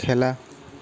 খেলা